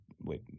wait